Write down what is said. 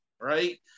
Right